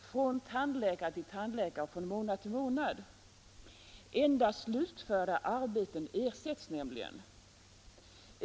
från tandläkare till tandläkare och från månad till månad. Endast slutförda arbeten ersätts nämligen.